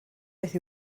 beth